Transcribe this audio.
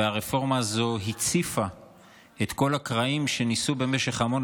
והרפורמה הזו הציפה את כל הקרעים שניסו במשך המון